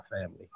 family